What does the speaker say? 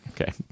Okay